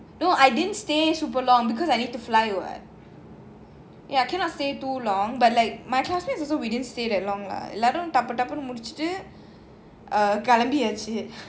no I didn't stay super long because I need to fly [what] ya cannot stay too long but like my classmates also we didn't stay that long lah டப்புடப்புன்னுமுடிச்சிட்டுகெளம்பியாச்சு:dappu dappunu mudichitu kelampiyachu